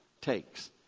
takes